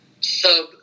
sub-